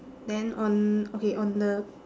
then on okay on the